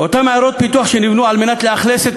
אותן עיירות פיתוח שנבנו כדי שיאוכלסו